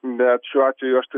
bet šiuo atveju aš tai